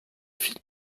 fil